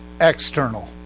external